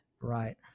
Right